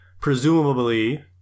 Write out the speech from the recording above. presumably